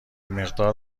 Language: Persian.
مقدار